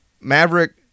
Maverick